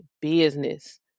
business